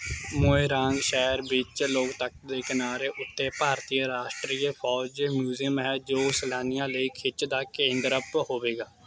ਮੋਇਰਾਂਗ ਸ਼ਹਿਰ ਵਿੱਚ ਲੋਕਤਕ ਦੇ ਕਿਨਾਰੇ ਉੱਤੇ ਭਾਰਤੀਏ ਰਾਸ਼ਟਰੀਏ ਫੌਜ ਮਿਊਜ਼ੀਅਮ ਹੈ ਜੋ ਸੈਲਾਨੀਆਂ ਲਈ ਖਿੱਚ ਦਾ ਕੇਂਦਰ ਹੋਵੇਗਾ